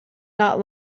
not